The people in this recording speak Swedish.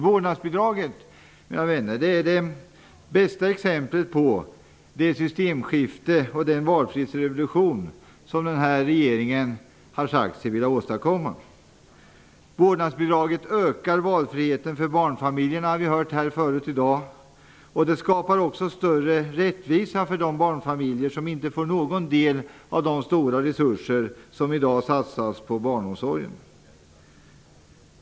Vårdnadsbidraget är det bästa exemplet på det systemskifte och den valfrihetsrevolution som regeringen har sagt sig vilja åstadkomma. Vi har förut i dag hört att vårdnadsbidraget ökar valfriheten för barnfamiljerna. Det skapar också större rättvisa för de barnfamiljer som inte får någon del av de stora resurser som i dag satsas på barnomsorgen.